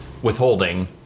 withholding